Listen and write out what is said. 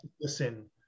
listen